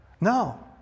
No